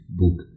book